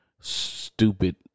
stupid